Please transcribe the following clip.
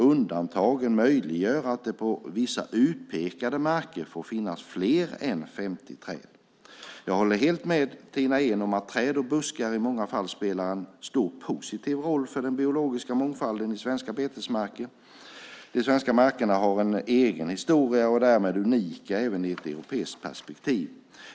Undantagen möjliggör att det på vissa utpekade marker får finnas fler än 50 träd. Jag håller helt med Tina Ehn om att träd och buskar i många fall spelar en stor positiv roll för den biologiska mångfalden i svenska betesmarker. De svenska markerna har en egen historia och är därmed unika även i ett europeiskt perspektiv.